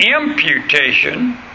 imputation